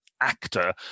actor